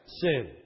sin